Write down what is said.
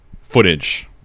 footage